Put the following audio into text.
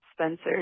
Spencer